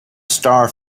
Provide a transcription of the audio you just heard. star